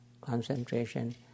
concentration